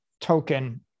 token